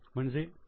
पि